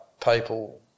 people